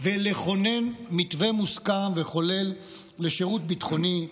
ולכונן מתווה מוסכם וכולל לשירות ביטחוני,